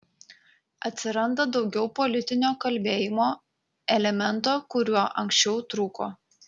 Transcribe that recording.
atsiranda daugiau politinio kalbėjimo elemento kuriuo anksčiau trūko